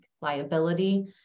liability